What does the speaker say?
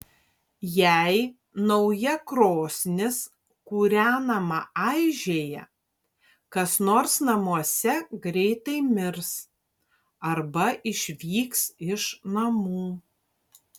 jei nauja krosnis kūrenama aižėja kas nors namuose greitai mirs arba išvyks iš namų